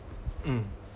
mm